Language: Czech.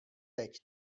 teď